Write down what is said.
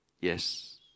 yes